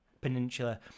peninsula